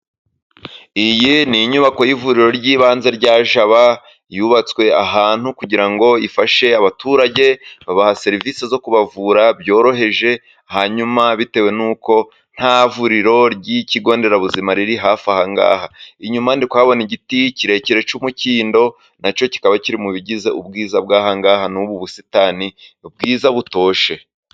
Iyi ni inyubako y'ivuriro ry'ibanze rya Jaba, yubatswe ahantu kugira ngo ifashe abaturage, babaha serivisi zo kubavura byoroheje, hanyuma bitewe n'uko nta vuriro ry'ikigo nderabuzima riri hafi ahangaha. Inyuma ndi kuhabona igiti kirekire cy'umukindo, na cyo kikaba kiri mu bigize ubwiza bw'ahangaha, n'ubu busitani bwiza butoshye.